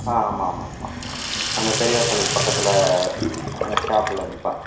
ஆ ஆமாம் ஆமாம் ஆமாம் அங்கே பெரியார் சிலைக்கு பக்கத்தில் அந்த ஷாப்பில் நிற்பேன்